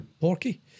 porky